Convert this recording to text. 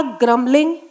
grumbling